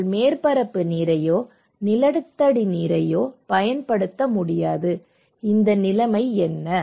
நீங்கள் மேற்பரப்பு நீரையோ நிலத்தடி நீரையோ பயன்படுத்த முடியாது இந்த நிலைமை என்ன